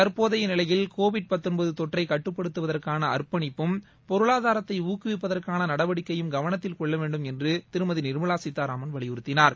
தற்போதைய நிலையில் கோவிட் தொற்றைக் கட்டுப்படுத்துவதற்கான அர்ப்பணிப்பும் பொருளாதாரத்தை ஊக்குவிப்பதற்கான நடவடிக்கையும் கவனத்தில் கொள்ளவேண்டும் என்று திருமதி நிர்மலா சீதாராமன் வலியுறுத்தினார்